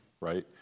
right